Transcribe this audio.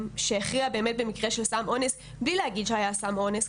שהכריעה באמת במקרה של סם אונס בלי להגיד שהיה סם אונס,